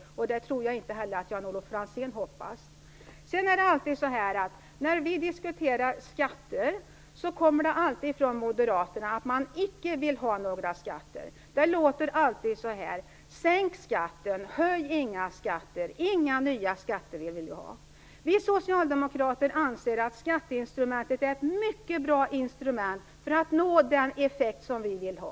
Jag tror inte heller att Jan-Olof Franzén hoppas det. När vi diskuterar skatter säger alltid moderaterna att de icke vill ha några skatter. Det låter alltid så här: Sänk skatten, höj inga skatter, inför inga nya skatter. Vi socialdemokrater anser att skatteinstrumentet är ett mycket bra instrument för att man skall nå den effekt som vi vill ha.